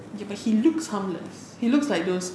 ya but he looks harmless he looks like those